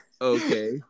Okay